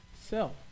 Self